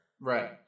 Right